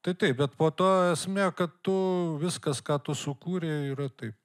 tai taip bet po to esmė kad tu viskas ką tu sukūrei yra taip